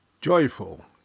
Joyful